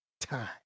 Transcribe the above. Time